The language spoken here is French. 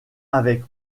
avec